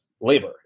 labor